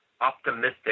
optimistic